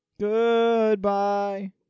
Goodbye